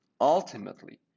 ultimately